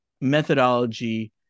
methodology